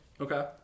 Okay